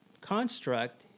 construct